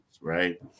right